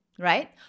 right